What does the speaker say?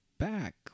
back